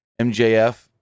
MJF